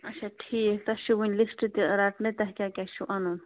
اَچھا ٹھیٖک تۄہہِ چھُو وُنہِ لِسٹہٕ تہِ رَٹنٕے تۄہہِ کیٛاہ کیٛاہ چھُو اَنُن